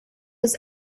was